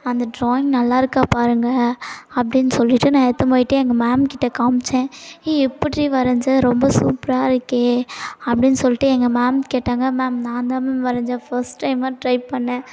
அந்த ட்ராயிங் நல்லாயிருக்கா பாருங்கள் அப்படின்னு சொல்லிவிட்டு நான் எடுத்துகின்னு போய்ட்டு எங்கள் மேம்கிட்ட காமிசேன் ஏய் எப்படி டி வரைஞ்ச ரொம்ப சூப்பராயிருக்கே அப்படின்னு சொல்லிட்டு எங்கள் மேம் கேட்டாங்க மேம் நான் தான் மேம் வரைஞ்சேன் ஃபஸ்ட் டைம்மாக ட்ரை பண்ணேன்